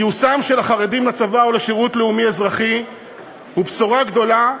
גיוסם של החרדים לצבא או לשירות לאומי-אזרחי הוא בשורה גדולה,